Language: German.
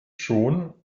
schon